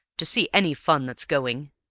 to see any fun that's going?